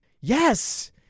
Yes